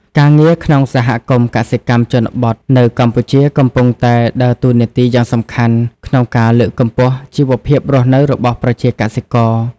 ការងារក្នុងសហគមន៍កសិកម្មជនបទនៅកម្ពុជាកំពុងតែដើរតួនាទីយ៉ាងសំខាន់ក្នុងការលើកកម្ពស់ជីវភាពរស់នៅរបស់ប្រជាកសិករ។